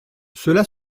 cela